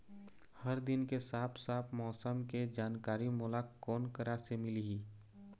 हर दिन के साफ साफ मौसम के जानकारी मोला कोन करा से मिलही?